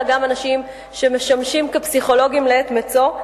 אלא גם אנשים שמשמשים כפסיכולוגים לעת מצוא.